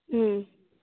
ᱦᱩᱸᱻ